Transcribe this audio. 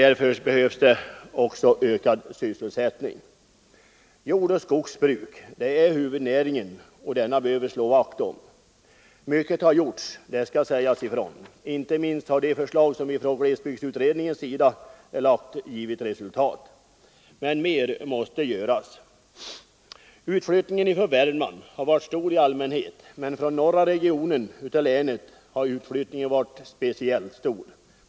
Därför behövs det ökad sysselsättning. Jordbruk och skogsbruk är huvudnäringarna, och dessa bör vi slå vakt om. Det skall dock sägas ifrån att mycket också har gjorts. Inte minst har förslagen från glesbygdsutredningens sida givit resultat. Men mer måste göras. Utflyttningen från Värmland har varit stor i allmänhet, och speciellt stor har den varit från den norra regionen av länet.